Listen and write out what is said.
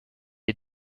est